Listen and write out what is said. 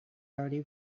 already